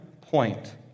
point